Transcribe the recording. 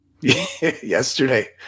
yesterday